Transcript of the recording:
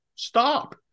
Stop